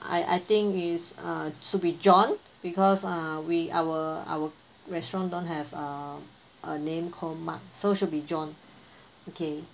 I I think is uh should be john because uh we our our restaurant don't have a a name called mark so should be john okay